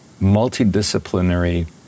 multidisciplinary